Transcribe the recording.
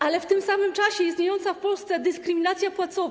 Ale w tym samym czasie istniejąca w Polsce dyskryminacja płacowa.